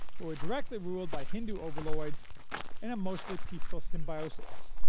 who were directly ruled by hindu overlords in a mostly peaceful symbiosis.